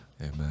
Amen